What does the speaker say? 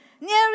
Nearly